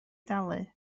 dalu